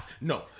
No